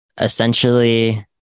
essentially